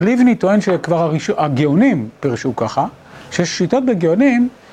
ליבני טוען שהגאונים פרשו ככה, שיש שיטות בגאונים.